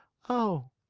oh,